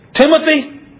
Timothy